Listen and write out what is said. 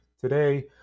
today